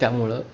त्यामुळं